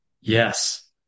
yes